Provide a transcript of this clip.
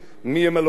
מי בחזית,